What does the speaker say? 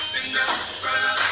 Cinderella